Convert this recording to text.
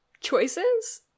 choices